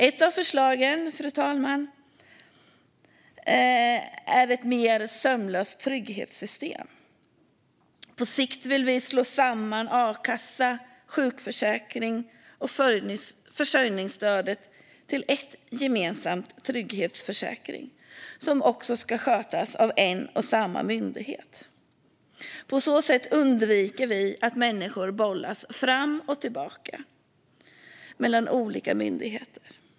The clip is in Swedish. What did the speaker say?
Ett av förslagen, fru talman, handlar om ett mer sömlöst trygghetssystem. På sikt vill vi slå samman a-kassa, sjukförsäkring och försörjningsstöd till en gemensam trygghetsförsäkring som också ska skötas av en och samma myndighet. På så sätt undviker vi att människor bollas fram och tillbaka mellan olika myndigheter.